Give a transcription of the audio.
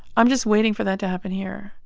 i'm just waiting for that to happen here